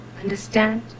understand